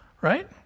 right